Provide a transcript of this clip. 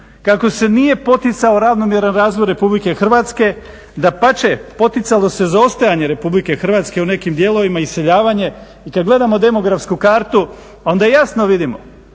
kako se nije poticao ravnomjeran razvoj Republike Hrvatske, dapače poticalo se zaostajanje Republike Hrvatske u nekim dijelovima, iseljavanje. I kada gledamo demografsku kartu onda jasno vidimo